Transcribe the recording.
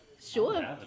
Sure